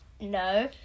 No